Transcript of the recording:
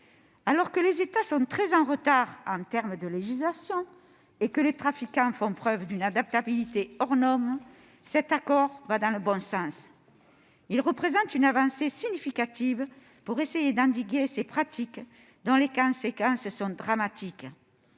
Alors que les États sont très en retard en termes de législation et que les trafiquants font preuve d'une adaptabilité hors norme, cet accord va dans le bon sens. Il représente une avancée significative pour essayer d'endiguer ces pratiques dont les conséquences sont dramatiques